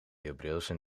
hebreeuwse